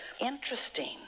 interesting